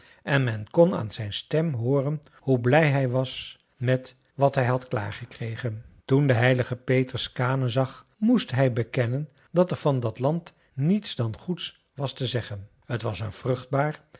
en men kon aan zijn stem hooren hoe blij hij was met wat hij had klaar gekregen toen de heilige petrus skaane zag moest hij bekennen dat er van dat land niets dan goeds was te zeggen t was een vruchtbaar